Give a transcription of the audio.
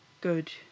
good